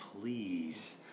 please